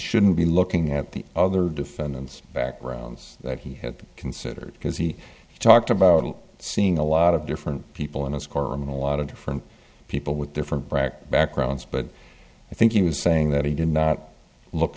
shouldn't be looking at the other defendants backgrounds that he had considered because he talked about seeing a lot of different people in his courtroom and a lot of different people with different brack backgrounds but i think you're saying that he did not look